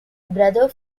brother